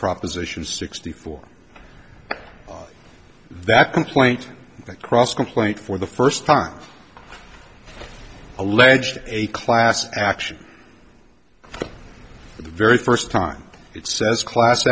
proposition sixty four that complaint across complaint for the first time alleged a class action for the very first time it says class